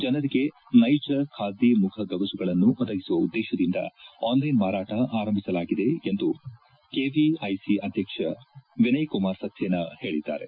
ಜನರಿಗೆ ನೈಜ ಖಾದಿ ಮುಖಗವಸುಗಳನ್ನು ಒದಗಿಸುವ ಉದ್ಲೇಶದಿಂದ ಆನ್ಲೈನ್ ಮಾರಾಟ ಆರಂಭಿಸಲಾಗಿದೆ ಎಂದು ಕೆವಿಐಸಿ ಅಧ್ಯಕ್ಷ ವಿನಯ್ ಕುಮಾರ್ ಸಕ್ಷೇನಾ ಹೇಳಿದ್ದಾರೆ